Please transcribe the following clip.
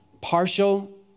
Partial